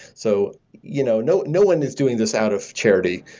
so you know no no one is doing this out of charity.